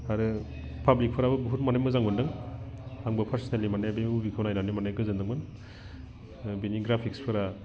आरो पाब्लिकफोराबो बुहुत माने मोजां मोनदों आंबो पारसिनेलि माने बे मुभिखौ नायनानै माने गोजोनदोंमोन ग्राफिक्सफोरा